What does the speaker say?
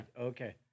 okay